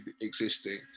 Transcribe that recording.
existing